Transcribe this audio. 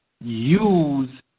use